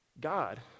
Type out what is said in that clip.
God